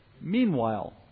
Meanwhile